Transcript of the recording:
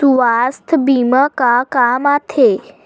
सुवास्थ बीमा का काम आ थे?